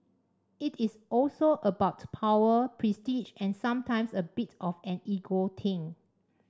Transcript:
it is also about power prestige and sometimes a bit of an ego thing